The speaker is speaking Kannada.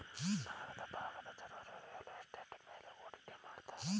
ನಗರ ಭಾಗದ ಜನ ರಿಯಲ್ ಎಸ್ಟೇಟ್ ಮೇಲೆ ಹೂಡಿಕೆ ಮಾಡುತ್ತಾರೆ